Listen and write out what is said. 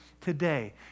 today